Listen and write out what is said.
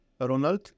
Ronald